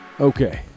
Okay